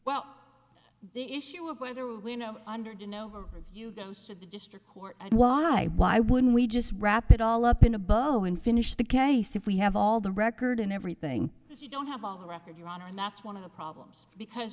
well the issue of whether you know under don't know for you goes to the district court and why why wouldn't we just wrap it all up in a bow and finish the case if we have all the record and everything but you don't have all the record you want and that's one of the problems because